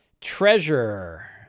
Treasure